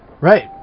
Right